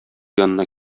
янына